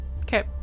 okay